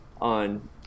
on